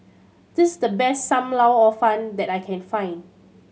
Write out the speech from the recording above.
this the best Sam Lau Hor Fun that I can find